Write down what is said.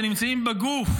שנמצאים בגוף